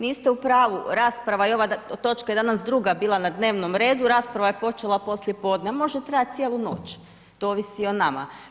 Niste u pravu rasprava je ova, točka je danas druga bila na dnevnom redu, rasprava je počela poslijepodne, a može trajati cijelu noć, to ovisi o nama.